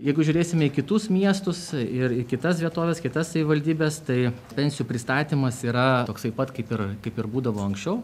jeigu žiūrėsime į kitus miestus ir į kitas vietoves kitas savivaldybes tai pensijų pristatymas yra toksai pat kaip ir kaip ir būdavo anksčiau